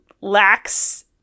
lacks